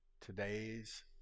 today's